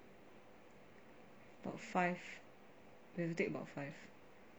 about five we have to take about five